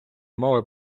мови